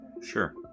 Sure